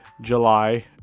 July